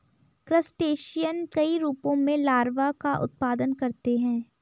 crustacean कई रूपों में लार्वा का उत्पादन करते हैं